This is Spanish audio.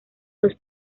los